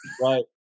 right